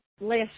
Last